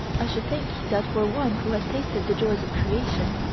i should think that for one who has tasted the joys of creation,